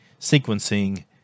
sequencing